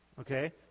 Okay